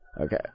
Okay